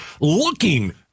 looking